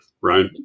right